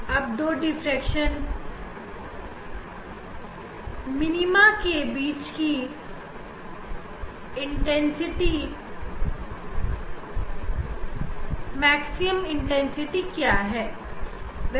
पर दो डिफ्रेक्शन न्यूनतम के बीच की इंटरफेरेंस मैक्सिमम तीव्रता क्या है